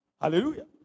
Hallelujah